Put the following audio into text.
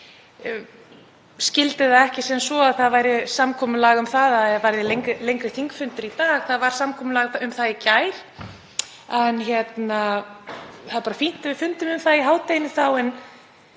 skildi það ekki sem svo að samkomulag væri um að það yrði lengri þingfundur í dag. Það var samkomulag um það í gær. En það er bara fínt að við fundum um það í hádeginu.